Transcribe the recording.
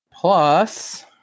plus